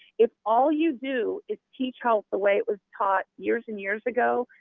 if all you do is teach health the way it was taught years and years ago,